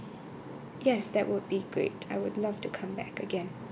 yes that would be great I would love to come back again